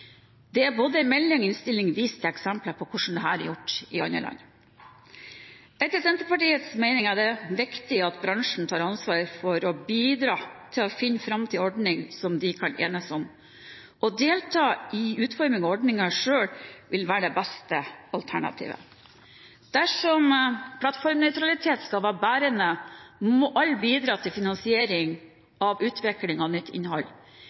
Det er både i melding og innstilling vist til eksempler på hvordan dette er gjort i andre land. Etter Senterpartiets mening er det viktig at bransjen tar ansvar for å bidra til å finne fram til en ordning som de kan enes om. Å delta i utformingen av ordningen selv vil være det beste alternativet. Dersom plattformnøytralitet skal være bærende, må alle bidra til finansiering av utvikling av nytt innhold.